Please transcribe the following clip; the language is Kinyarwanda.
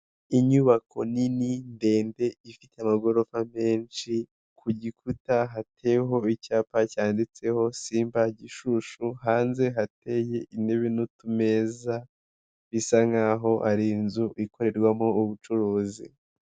Inyubako nini ndende ifite amagorofa menshi ku gikuta hateho icyapa cyanditseho simba gishushu hanze hateye intebe n'utumeza bisa nkaho ari inzu ikorerwamo ubucuruzi.